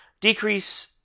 decrease